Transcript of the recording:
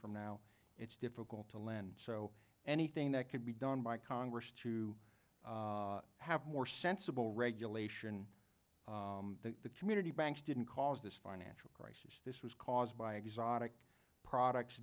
from now it's difficult to lend so anything that could be done by congress to have more sensible regulation that the community banks didn't cause this financial crisis this was caused by exotic products